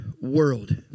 world